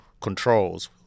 controls